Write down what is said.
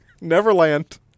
neverland